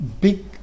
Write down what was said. big